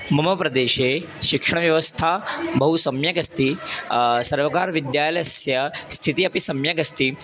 मम प्रदेशे शिक्षणव्यवस्था बहु सम्यगस्ति सर्वकारविद्यालयस्य स्थितिः अपि सम्यगस्ति